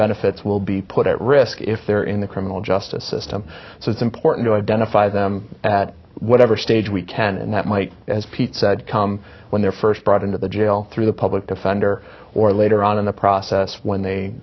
benefits will be put at risk if they're in the criminal justice system so it's important to identify them at whatever stage we can and that might as pete said come when they're first brought into the jail through the public defender or later on in the process when they